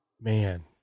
Man